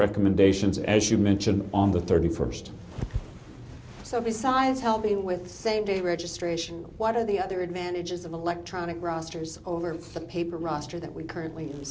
recommendations as you mention on the thirty first so besides helping with same day registration what are the other advantages of electronic rosters over papermaster that we currently